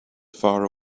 far